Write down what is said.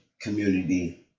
community